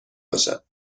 باشد